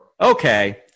Okay